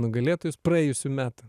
nugalėtojus praėjusių metų